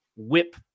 whip